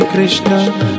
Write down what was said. Krishna